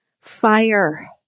Fire